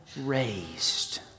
raised